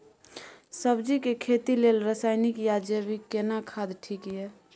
सब्जी के खेती लेल रसायनिक या जैविक केना खाद ठीक ये?